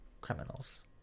criminals